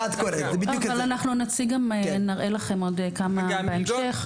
אנחנו נציג לכם, נראה לכם עוד כמה בהמשך.